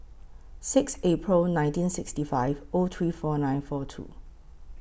six April nineteen sixty five O three four nine four two